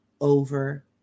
over